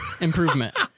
Improvement